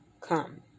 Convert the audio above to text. come